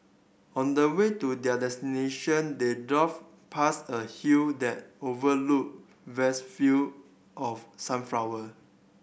on the way to their destination they drove past a hill that overlooked vast field of sunflower